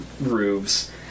roofs